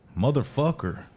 Motherfucker